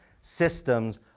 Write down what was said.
systems